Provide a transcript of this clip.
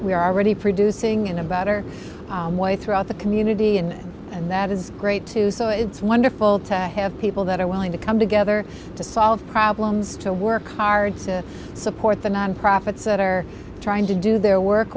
we are already producing in a better way throughout the community and and that is great too so it's wonderful to have people that are willing to come together to solve problems to work hard to support the nonprofits that are trying to do their work